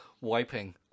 Wiping